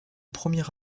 premier